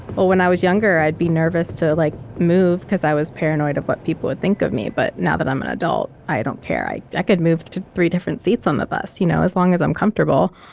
when i was younger i'd be nervous to like move because i was paranoid of what people would think of me. but now that i'm an adult, i don't care. i i could move to three different seats on the bus you know as long as i'm comfortable.